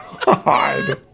God